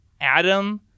adam